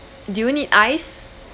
do you need ice